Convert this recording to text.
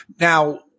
Now